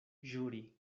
ĵuri